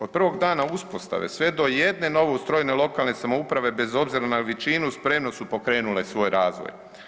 Od prvog dana uspostave sve do jedne novoustrojene lokalne samouprave bez obzira na veličinu spremno su pokrenule svoj razvoj.